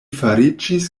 fariĝis